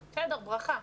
בסדר, ברכה.